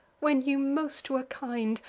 when you most were kind,